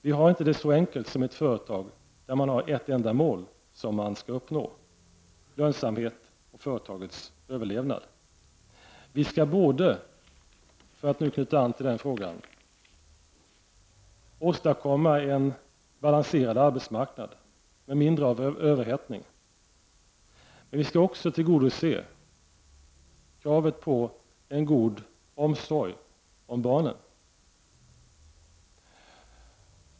Vi har det inte så enkelt som i ett företag, där man har ett enda mål som man skall uppnå — lönsamhet och företagets överlevnad. Vi skall både åstadkomma en balanserad arbetsmarknad, med mindre av överhettning, och tillgodose kravet på en god omsorg om barnen.